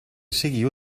siga